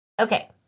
Okay